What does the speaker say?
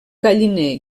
galliner